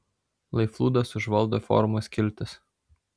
lai flūdas užvaldo forumo skiltis